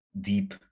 deep